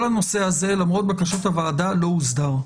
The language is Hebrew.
כל הנושא הזה, למרות בקשת הוועדה, לא הוסדר.